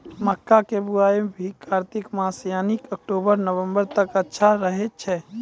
मक्का के बुआई भी कातिक मास यानी अक्टूबर नवंबर तक अच्छा रहय छै